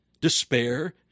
Despair